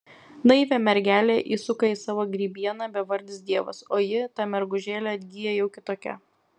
naivią mergelę įsuka į savo grybieną bevardis dievas o ji ta mergužėlė atgyja jau kitokia